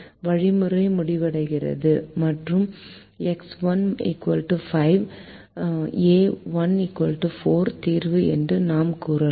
வழிமுறை முடிவடைகிறது மற்றும் எக்ஸ் 1 5 ஏ 1 4 தீர்வு என்று நாம் கூறலாம்